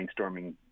brainstorming